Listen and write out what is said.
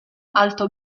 alto